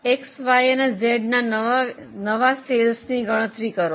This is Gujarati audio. X Z અને Y ના નવા વેચાણની ગણતરી કરો